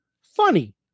funny